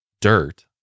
dirt